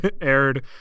aired